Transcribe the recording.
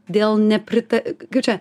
dėl neprita kaip čia